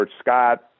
Scott